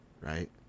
Right